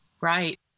Right